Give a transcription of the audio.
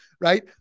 Right